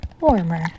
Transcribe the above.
warmer